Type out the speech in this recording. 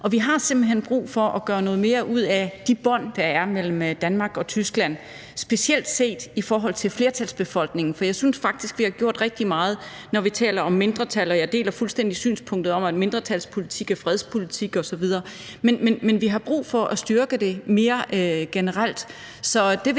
hen brug for at gøre noget mere ud af de bånd, der er, mellem Danmark og Tyskland, specielt set i forhold til flertalsbefolkningen. For jeg synes faktisk, at vi har gjort rigtig meget, når vi taler om mindretal. Og jeg deler fuldstændig synspunktet om, at mindretalspolitik er fredspolitik osv., men vi har brug for at styrke det mere generelt.